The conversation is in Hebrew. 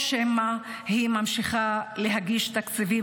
או שמא היא ממשיכה להגיש תקציבים